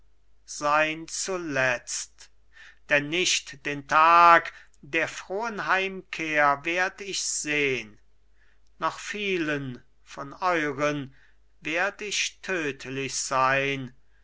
sein zuletzt denn nicht den tag der frohen heimkehr werd ich sehn noch vielen von den euren werd ich tödlich sein